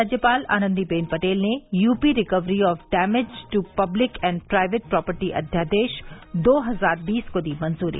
राज्यपाल आनंदी बेन पटेल ने UP recovery of damage to public and private property अध्यादेश दो हजार बीस को दी मंजूरी